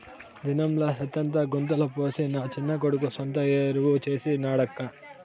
దినంలా సెత్తంతా గుంతల పోసి నా చిన్న కొడుకు సొంత ఎరువు చేసి నాడక్కా